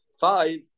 Five